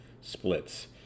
splits